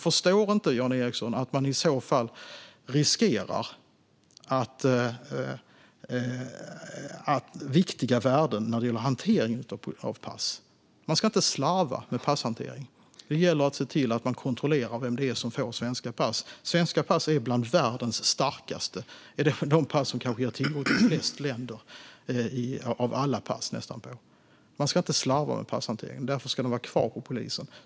Förstår inte Jan Ericson att man i så fall riskerar viktiga värden när det gäller hantering av pass? Man ska inte slarva med passhantering. Det gäller att se till att man kontrollerar vem det är som får svenska pass. Svenska pass är bland de starkaste i världen och kanske de pass som ger tillgång till flest länder av alla pass. Man ska inte slarva med passhantering, och därför ska den vara kvar hos polisen.